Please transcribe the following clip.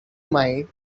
mind